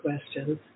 questions